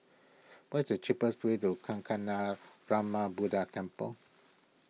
what is the cheapest way to Kancanarama Buddha Temple